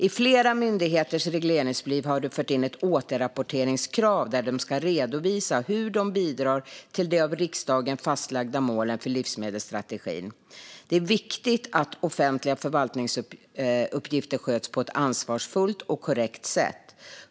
I flera myndigheters regleringsbrev har det förts in ett återrapporteringskrav där de ska redovisa hur de bidrar till de av riksdagen fastlagda målen för livsmedelsstrategin. Det är viktigt att offentliga förvaltningsuppgifter sköts på ett ansvarsfullt och korrekt sätt.